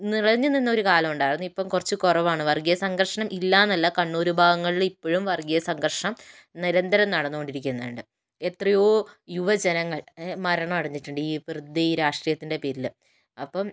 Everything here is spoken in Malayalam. നിറഞ്ഞു നിന്ന ഒരു കാലമുണ്ടായിരുന്നു ഇപ്പം കുറച്ച് കുറവാണ് വർഗ്ഗീയ സംഘർഷം ഇല്ലയെന്നല്ല കണ്ണൂരു ഭാഗങ്ങളിൽ ഇപ്പോഴും വർഗ്ഗീയ സംഘർഷം നിരന്തരം നടന്നുകൊണ്ടിരിക്കുന്നുണ്ട് എത്രയോ യുവ ജനങ്ങൾ മരണമടഞ്ഞിട്ടുണ്ട് ഈ വെറുതേ ഈ രാഷ്ട്രീയത്തിൻ്റെ പേരിൽ അപ്പം